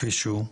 כפי שהוא,